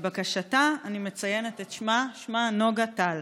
לבקשתה אני מציינת את שמה, שמה נוגה טל.